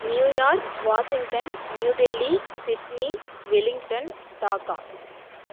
New York Washington New Delhi Sydney wellington Dhaka